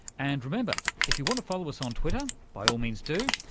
and remember, if you want to follow us on twitter, by all means do,